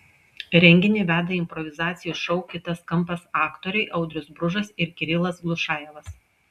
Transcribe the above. renginį veda improvizacijų šou kitas kampas aktoriai audrius bružas ir kirilas glušajevas